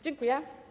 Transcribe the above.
Dziękuję.